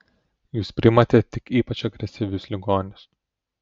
jūs priimate tik ypač agresyvius ligonius